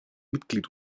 mitglied